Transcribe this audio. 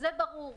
זה ברור.